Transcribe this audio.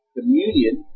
Communion